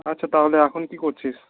আচ্ছা তাহলে এখন কী করছিস